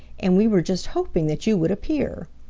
and we were just hoping that you would appear.